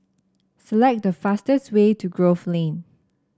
select the fastest way to Grove Lane